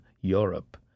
Europe